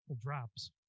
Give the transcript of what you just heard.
drops